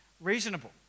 reasonable